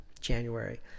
January